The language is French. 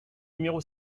numéro